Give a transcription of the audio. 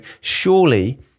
surely